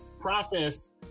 process